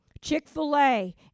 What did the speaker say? Chick-fil-A